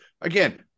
Again